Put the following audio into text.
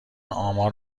آمار